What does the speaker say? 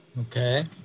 Okay